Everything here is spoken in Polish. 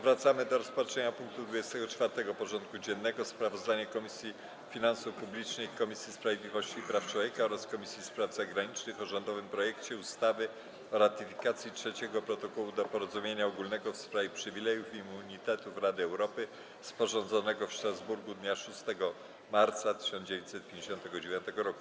Powracamy do rozpatrzenia punktu 24. porządku dziennego: Sprawozdanie Komisji Finansów Publicznych, Komisji Sprawiedliwości i Praw Człowieka oraz Komisji Spraw Zagranicznych o rządowym projekcie ustawy o ratyfikacji Trzeciego Protokołu do Porozumienia ogólnego w sprawie przywilejów i immunitetów Rady Europy, sporządzonego w Strasburgu dnia 6 marca 1959 r.